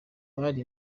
bari